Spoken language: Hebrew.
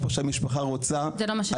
איפה שהמשפחה רוצה --- זה לא מה ששאלתי.